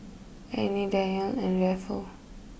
Annie Danyell and Raphael